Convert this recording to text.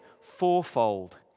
fourfold